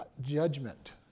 judgment